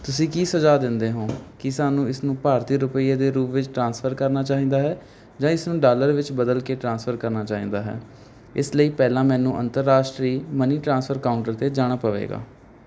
ਤੁਸੀਂ ਕੀ ਸੁਝਾਅ ਦਿੰਦੇ ਹੋ ਕੀ ਸਾਨੂੰ ਇਸਨੂੰ ਭਾਰਤੀ ਰੁਪਈਏ ਦੇ ਰੂਪ ਵਿੱਚ ਟ੍ਰਾਂਸਫਰ ਕਰਨਾ ਚਾਹੀਦਾ ਹੈ ਜਾਂ ਇਸਨੂੰ ਡਾਲਰ ਵਿੱਚ ਬਦਲ ਕੇ ਟ੍ਰਾਂਸਫਰ ਕਰਨਾ ਚਾਹੀਦਾ ਹੈ ਇਸ ਲਈ ਪਹਿਲਾਂ ਮੈਨੂੰ ਅੰਤਰਰਾਸ਼ਟਰੀ ਮਨੀ ਟ੍ਰਾਂਸਫਰ ਕਾਊਂਟਰ 'ਤੇ ਜਾਣਾ ਪਵੇਗਾ